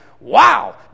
wow